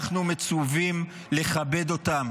אנחנו מצווים לכבד אותם